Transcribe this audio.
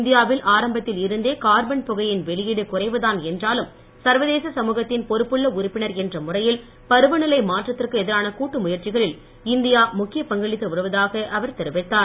இந்தியாவில் ஆரம்பத்தில் இருந்தே கார்பன் புகையின் வெளியீடு குறைவு தான் என்றாலும் சர்வதேச சமுகத்தின் பொறுப்புள்ள உறுப்பினர் என்ற முறையில் பருவநிலை மாற்றத்திற்கு எதிரான கூட்டு முயற்சிகளில் இந்தியா முக்கிய பங்களித்து வருவதாக அவர் தெரிவித்தார்